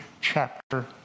chapter